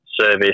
service